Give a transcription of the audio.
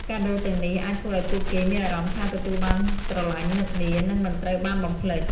វាជាវិធីមួយដើម្បីឲ្យអ្នកម្ខាងទៀតដឹងថាអ្នកនៅតែគិតដល់ពួកគេ ហើយឲ្យតម្លៃទំនាក់ទំនងនេះ។